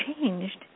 changed